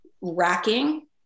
racking